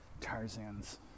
Tarzan's